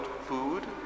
food